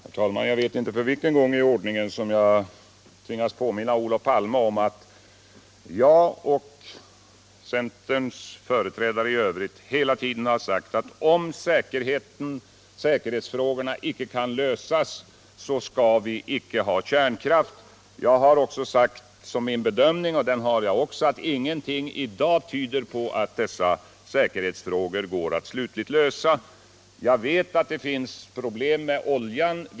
Herr talman! Jag vet inte för vilken gång i ordningen jag tvingas påminna Olof Palme om att jag och centerns företrädare i övrigt hela tiden har hävdat att vi icke skall ha kärnkraft, om säkerhetsproblemen icke kan lösas. Jag har också sagt att min bedömning varit — och samma bedömning har jag också i dag — att ingenting tyder på att det går att slutligt lösa dessa säkerhetsfrågor. Jag vet att det finns problem även med oljan.